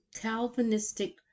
Calvinistic